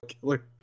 killer